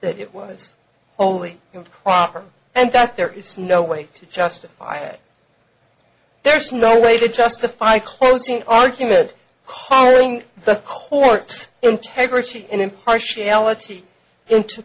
that it was only improper and that there is no way to justify it there's no way to justify closing argument calling the court integrity in impartiality into